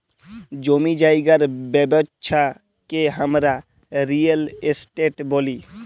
জমি জায়গার ব্যবচ্ছা কে হামরা রিয়েল এস্টেট ব্যলি